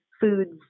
foods